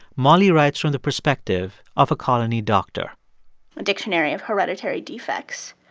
molly writes from the perspective of a colony doctor a dictionary of hereditary defects